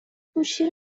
گوشی